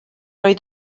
oedd